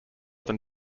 than